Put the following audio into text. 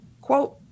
quote